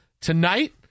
Tonight